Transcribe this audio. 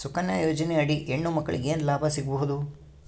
ಸುಕನ್ಯಾ ಯೋಜನೆ ಅಡಿ ಹೆಣ್ಣು ಮಕ್ಕಳಿಗೆ ಏನ ಲಾಭ ಸಿಗಬಹುದು?